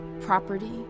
property